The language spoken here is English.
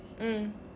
mm